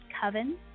Coven